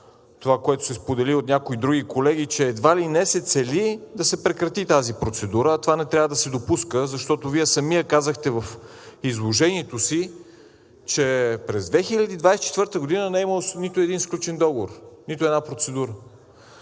това, което се сподели от някои други колеги, че едва ли не се цели да се прекрати тази процедура, а това не трябва да се допуска, защото Вие самият казахте в изложението си, че през 2024 г. не е имало нито един сключен договор, нито една процедура.